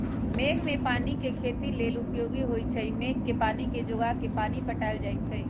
मेघ कें पानी खेती लेल उपयोगी होइ छइ मेघ के पानी के जोगा के पानि पटायल जाइ छइ